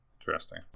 Interesting